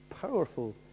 powerful